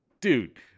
dude